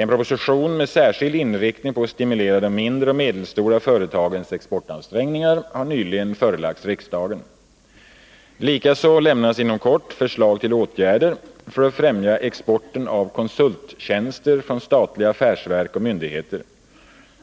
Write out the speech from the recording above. En proposition med särskild inriktning på att stimulera de mindre och medelstora företagens exportansträngningar har nyligen förelagts riksdagen. Likaså lämnas inom kort förslag till åtgärder för att främja exporten av konsulttjänster från statliga affärsverk och myndigheter.